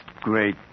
great